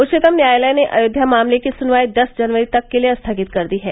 उच्चतम न्यायालय ने अयोध्या मामले की सुनवाई दस जनवरी तक के लिए स्थगित कर दी है